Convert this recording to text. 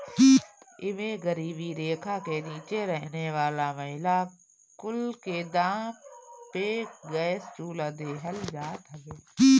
एमे गरीबी रेखा के नीचे रहे वाला महिला कुल के कम दाम पे गैस चुल्हा देहल जात हवे